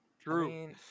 True